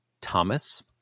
Thomas